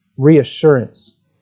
Reassurance